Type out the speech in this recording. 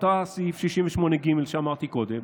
אותו סעיף 68ג שאמרתי קודם